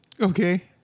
Okay